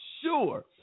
sure